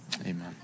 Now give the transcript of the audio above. Amen